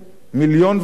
מיליון וחצי